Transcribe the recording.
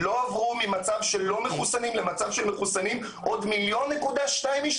לא עברו ממצב של לא מחוסנים למצב של מחוסנים עוד 1.2 מיליון איש.